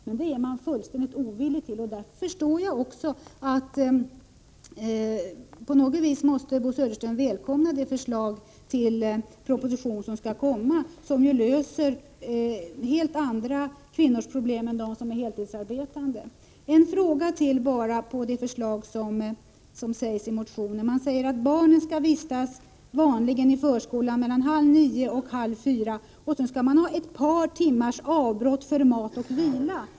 Det är man emellertid fullständigt ovillig till, och därför förstår jag att Bo Södersten på något vis måste välkomna det förslag som skall komma och som ju löser helt andra kvinnors problem än de heltidsarbetandes. Till slut ytterligare en fråga i anslutning till det förslag som framförs i motionen. Där framhålls att barnen vanligen skall vistas i förskolan mellan halv 9 och halv 4, med ett par timmars avbrott för mat och vila.